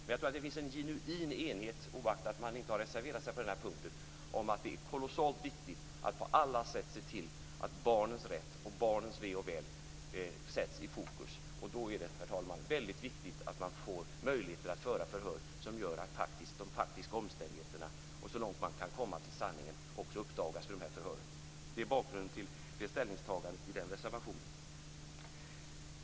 Jag tror att det finns en genuin enighet, oaktat att man inte har reserverat sig på den här punkten, om att det är kolossalt viktigt att på alla sätt se till att barnens rätt och barnens ve och väl sätts i fokus, och då är det, herr talman, väldigt viktigt att man får möjligheter att föra förhör som gör att de faktiska omständigheterna, så nära man kan komma sanningen, också uppdagas i dessa förhör. Det är bakgrunden till ställningstagandet i den reservationen.